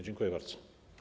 Dziękuję bardzo.